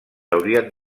haurien